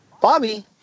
Bobby